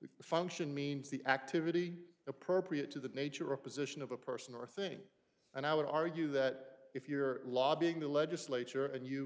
the function means the activity appropriate to the nature of position of a person or thing and i would argue that if you're lobbying the legislature and you